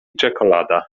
czekolada